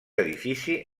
edifici